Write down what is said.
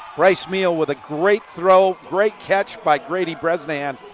bryce meehl with a great throw. great catch by grady bresnahan.